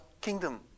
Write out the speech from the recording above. kingdom